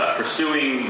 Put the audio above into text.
pursuing